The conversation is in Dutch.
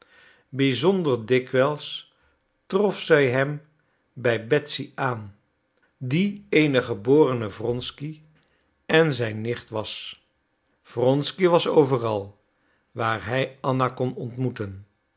bizonder dikwijls trof zij hem bij betsy aan die eene geborene wronsky en zijn nicht was wronsky was overal waar hij anna kon ontmoeten